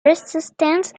resistance